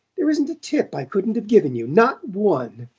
there isn't a tip i couldn't have given you not one!